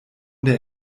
der